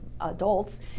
adults